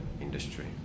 industry